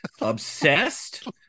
obsessed